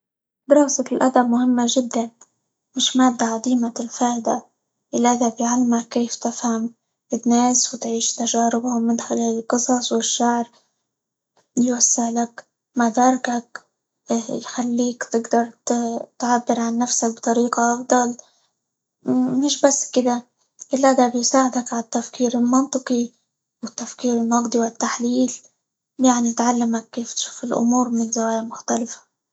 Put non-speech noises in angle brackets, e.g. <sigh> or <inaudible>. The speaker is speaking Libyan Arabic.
دراسة الأدب مهمة جدًا، مش مادة عديمة الفائدة، الأدب يعلمك كيف تفهم الناس، وتعيش تجاربهم من خلال القصص، والشعر، يوسع لك مداركك، يخليك تقدر -ت- تعبر عن نفسك بطريقة أفضل <hesitation> مش بس كده، لا ده بيساعدك على التفكير المنطقي، والتفكير النقدي، والتحليل، يعنى تعلمك كيف تشوف الأمور من زوايا مختلفة.